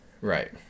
right